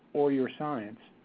or your science.